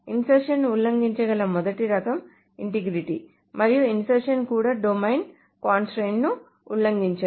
insertion ఉల్లంఘించగల మొదటి రకం ఇంటిగ్రిటీ మరియు ఇన్సర్షన్ కూడా డొమైన్ కన్స్ట్రయిన్స్ ని ఉల్లంఘించగలదు